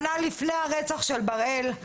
שנה לפני הרצח של בראל,